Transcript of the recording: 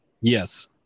Yes